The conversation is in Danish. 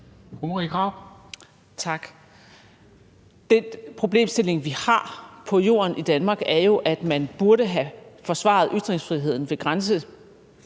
Krarup (DF): Tak. Den problemstilling, vi har på jorden i Danmark, er jo, at man burde have forsvaret ytringsfriheden ved grænsen